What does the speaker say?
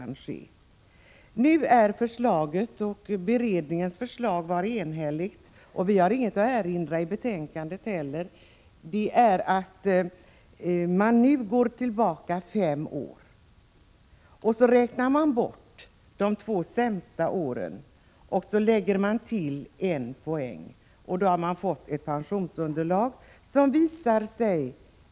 Nu är förslaget — beredningens förslag var enhälligt, och utskottet har inte haft något att erinra — att pensionsunderlaget skall beräknas med utgångspunkt i de sista fem åren före arbetstidsminskningen, att de två sämsta åren räknas bort och att en poäng läggs till.